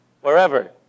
wherever